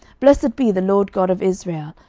blessed be the lord god of israel,